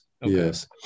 yes